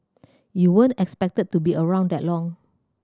you weren't expected to be around that long